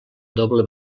doble